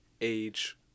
age